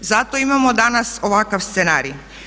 Zato imamo danas ovakav scenarij.